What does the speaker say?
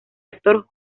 actor